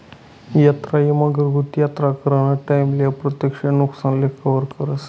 यात्रा ईमा घरगुती यात्रा कराना टाईमले अप्रत्यक्ष नुकसानले कवर करस